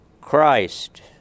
Christ